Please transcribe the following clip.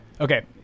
Okay